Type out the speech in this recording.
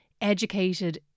educated